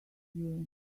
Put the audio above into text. year